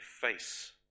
face